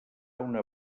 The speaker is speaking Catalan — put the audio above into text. una